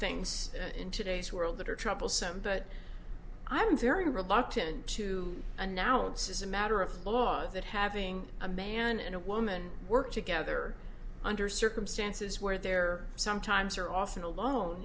things in today's world that are troublesome but i'm very reluctant to announce as a matter of law that having a man and a woman work together under circumstances where they're sometimes or often alone